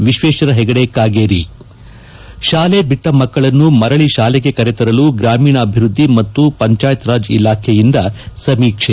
ವಿಶ್ವೇಶ್ವರ ಹೆಗಡೆ ಕಾಗೇರಿ ಶಾಲೆ ಬಿಟ್ಟ ಮಕ್ಕಳನ್ನು ಮರಳಿ ಶಾಲೆಗೆ ಕರೆ ತರಲು ಗ್ರಾಮೀಣಾಭಿವೃದ್ದಿ ಮತ್ತು ಪಂಚಾಯತ್ ರಾಜ್ ಇಲಾಖೆಯಿಂದ ಸಮೀಕ್ಷೆ